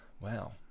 Wow